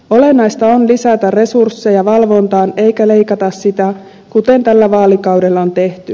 olennaista on lisätä resursseja valvontaan eikä leikata sitä kuten tällä vaalikaudella on tehty